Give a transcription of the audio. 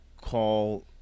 call